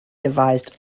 devised